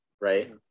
right